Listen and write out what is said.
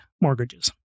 mortgages